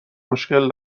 مشکل